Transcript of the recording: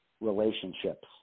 relationships